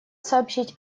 сообщить